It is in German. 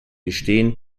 gestehen